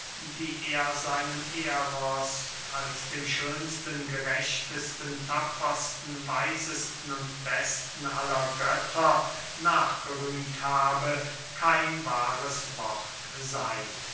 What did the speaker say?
die er seinem eros als dem schönsten gerechtesten tapfersten weisesten und besten aller götter nachgerühmt habe kein wahres wort sey